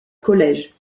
collège